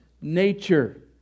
nature